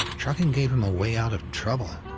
trucking gave him a way out of trouble.